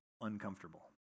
uncomfortable